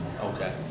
Okay